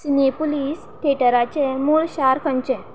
cine police थेटराचें मूळ शार खंयचें